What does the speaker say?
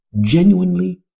genuinely